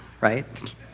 right